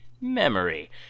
memory